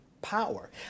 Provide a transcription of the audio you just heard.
power